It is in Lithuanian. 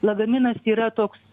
lagaminas yra toks